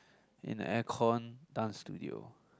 in a aircon dance studio